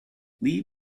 lee